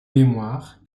mémoires